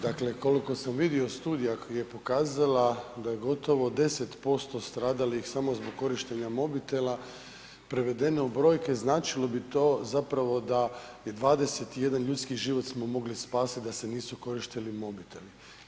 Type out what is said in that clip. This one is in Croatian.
Dakle koliko sam vidio studija je pokazala da je gotovo 10% stradalih samo zbog korištenja mobitela, prevedeno u brojke značilo bi to zapravo da 21 ljudski život smo mogli spasiti da se nisu koristili mobiteli.